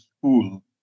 school